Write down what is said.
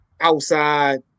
outside